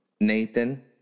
Nathan